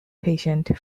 patient